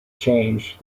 change